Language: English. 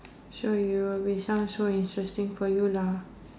so it will be sound so interesting for you lah